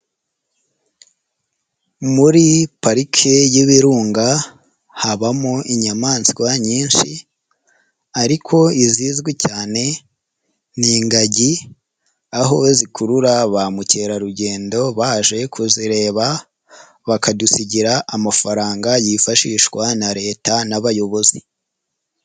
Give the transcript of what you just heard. Muri pariki y'ibirunga, habamo inyamaswa nyinshi, ariko izizwi cyane ni ingagi, aho zikurura ba mukerarugendo, baje kuzireba, bakadusigira amafaranga yifashishwa na Leta n'abayobozi.